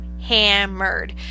hammered